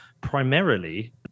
primarily